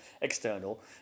external